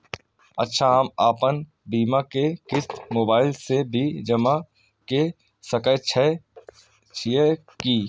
अच्छा हम आपन बीमा के क़िस्त मोबाइल से भी जमा के सकै छीयै की?